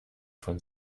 von